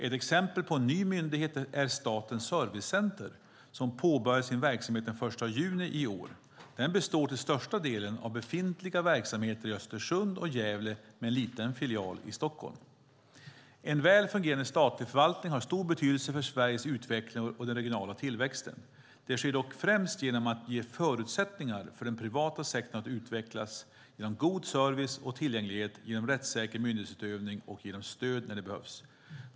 Ett exempel på en ny myndighet är Statens servicecenter, som påbörjade sin verksamhet den 1 juni i år. Den består till största delen av befintliga verksamheter i Östersund och Gävle med en liten filial i Stockholm. En väl fungerande statlig förvaltning har stor betydelse för Sveriges utveckling och den regionala tillväxten. Det sker dock främst genom att ge förutsättningar för den privata sektorn att utvecklas, genom god service och tillgänglighet, genom rättssäker myndighetsutövning och genom stöd när det behövs.